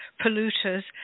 polluters